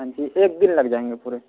ہاں جی ایک دن لگ جائیں گے پورے